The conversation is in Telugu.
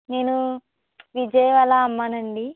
నేను విజయ్ వాళ్ళ అమ్మనండి